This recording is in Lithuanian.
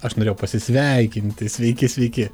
aš norėjau pasisveikinti sveiki sveiki